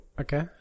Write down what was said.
Okay